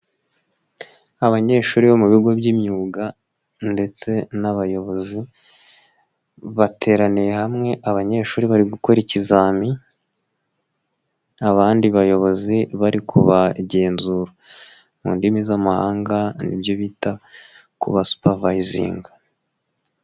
Abanyeshuri bo mu bigo by'imyuga ndetse n'abayobozi bateraniye hamwe abanyeshuri bari gukora ikizami abandi bayobozi bari kubagenzura mu ndimi z'amahanga nibyo bita kuba supavayizinga.